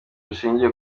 ushingiye